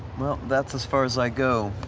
well, that's as far as i go.